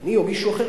אני או מישהו אחר,